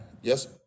Yes